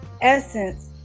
essence